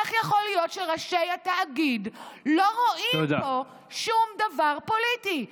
איך יכול להיות שראשי התאגיד לא רואים פה שום דבר פוליטי?